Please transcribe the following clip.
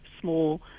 small